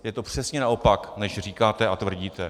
Je to přesně naopak, než říkáte a tvrdíte.